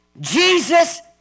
Jesus